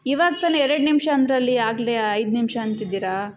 ಇವಾಗ ತಾನೇ ಎರಡು ನಿಮಿಷ ಅಂದಿರಲ್ಲಿ ಆಗಲೇ ಐದು ನಿಮಿಷ ಅಂತಿದ್ದೀರಾ